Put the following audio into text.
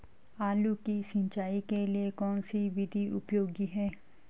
आलू की सिंचाई के लिए कौन सी विधि उपयोगी है?